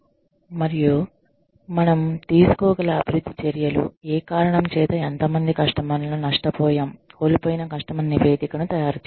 మరియు మనం తీసుకోగల అభివృద్ధి చర్యలు ఏ కారణం చేత ఎంత మంది కస్టమర్లును నష్టపోయాం కోల్పోయిన కస్టమర్ల నివేదికను తయారుచేయడం